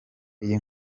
iyi